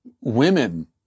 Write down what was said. women